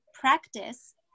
practice